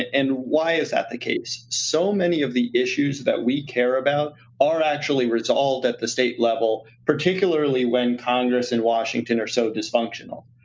and why is that the case? so many of the issues that we care about are actually resolved at the state level, particularly when congress and washington are so dysfunctional.